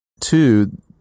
two